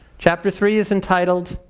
chapter three is entitled,